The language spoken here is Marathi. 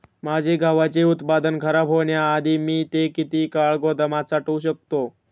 माझे गव्हाचे उत्पादन खराब होण्याआधी मी ते किती काळ गोदामात साठवू शकतो?